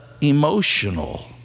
emotional